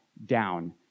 Down